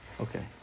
Okay